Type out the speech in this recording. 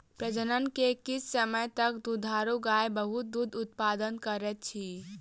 प्रजनन के किछ समय तक दुधारू गाय बहुत दूध उतपादन करैत अछि